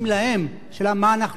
השאלה מה אנחנו עושים לנו,